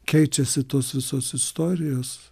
keičiasi tos visos istorijos